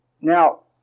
Now